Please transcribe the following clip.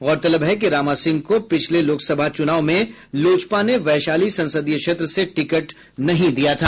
गौरतलब है कि रामा सिंह को पिछले लोकसभा चुनाव में लोजपा ने वैशाली संसदीय क्षेत्र से टिकट नहीं दिया था